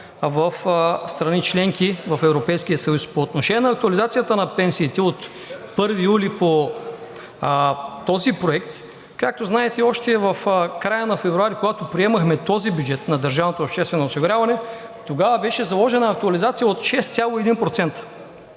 в страни – членки на Европейския съюз. По отношение актуализацията на пенсиите от 1 юли по този проект – както знаете, още в края на февруари, когато приемахме този бюджет – на държавното обществено осигуряване, беше заложена актуализация от 6,1%.